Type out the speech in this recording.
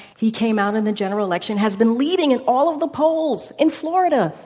he came out in the general election, has been leading in all of the polls in florida.